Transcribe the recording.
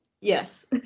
Yes